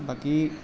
বাকী